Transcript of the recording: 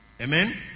Amen